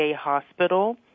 hospital